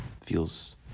feels